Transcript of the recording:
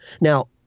now